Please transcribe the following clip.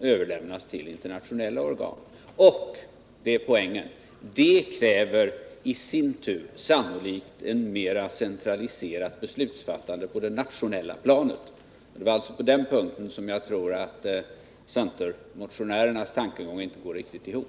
överlämnas till internationella organ. Och — det är poängen — det kräver i sin tur sannolikt ett mera centraliserat beslutsfattande på det nationella planet. Det var alltså på den punkten som jag tror att centermotionärernas tankegång inte går riktigt ihop.